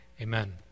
Amen